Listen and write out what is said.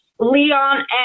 Leon